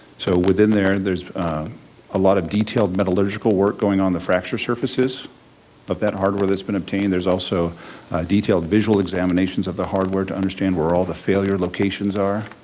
so within there there's a lot of detailed metallurgical work going on the fracture services of that hardware that's been obtained, there's also detailed visual examinations of the hardware to understand where all the failure locations are.